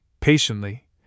patiently